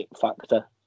factor